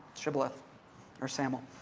shibboleth or saml.